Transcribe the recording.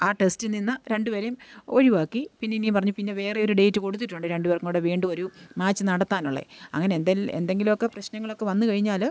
ആ ടെസ്റ്റിൽ നിന്ന് രണ്ടു പേരെയും ഒഴിവാക്കി പിന്നെ ഇനി പറഞ്ഞു പിന്നെ വേറെ ഒരു ഡേറ്റ് കൊടുത്തിട്ടുണ്ട് രണ്ടു പേർക്കും കൂടെ വീണ്ടും ഒരു മാച്ച് നടത്താനുള്ള അങ്ങനെ എന്തേൽ എന്തെങ്കിലുമൊക്കെ പ്രശ്നങ്ങളൊക്കെ വന്നു കഴിഞ്ഞാൽ